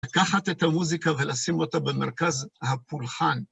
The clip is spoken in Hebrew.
לקחת את המוזיקה ולשים אותה במרכז הפולחן.